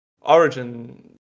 origin